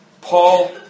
Paul